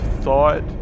thought